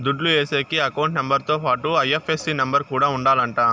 దుడ్లు ఏసేకి account number తో పాటుగా ఐ.ఎఫ్.ఎస్.సి నెంబర్ కూడా ఉండాలంట